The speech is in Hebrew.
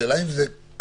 והשאלה אם זה קיים,